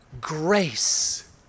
grace